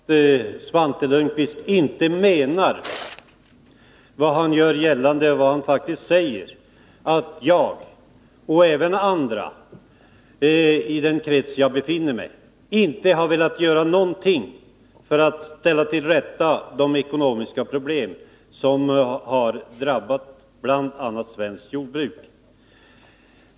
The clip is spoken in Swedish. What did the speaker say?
Herr talman! Jag hoppas att Svante Lundkvist inte menar vad han faktiskt säger, när han gör gällande att jag, och även andra i den krets där jag befinner mig, inte har velat göra någonting för att komma till rätta med de ekonomiska problem som har drabbat bl.a. svenskt jordbruk.